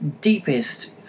deepest